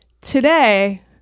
Today